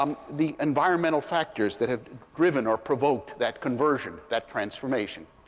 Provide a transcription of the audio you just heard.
um the environmental factors that have driven or provoked that conversion, that transformation.